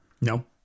No